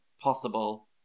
possible